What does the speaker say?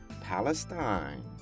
Palestine